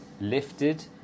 lifted